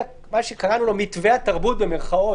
מה שקראנו לו מתווה "מתווה התרבות",